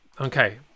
Okay